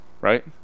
right